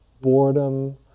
Boredom